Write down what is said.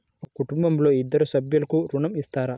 ఒక కుటుంబంలో ఇద్దరు సభ్యులకు ఋణం ఇస్తారా?